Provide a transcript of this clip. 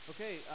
Okay